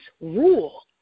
rule